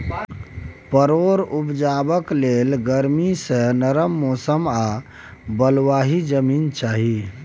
परोर उपजेबाक लेल गरमी सँ नरम मौसम आ बलुआही जमीन चाही